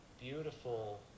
beautiful